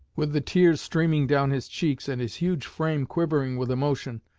with the tears streaming down his cheeks and his huge frame quivering with emotion,